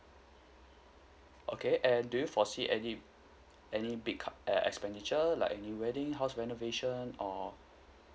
okay and do you foresee any any big ca~ uh expenditure like any wedding house renovation or